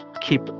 keep